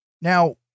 Now